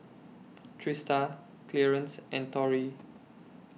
Trista Clearence and Torrie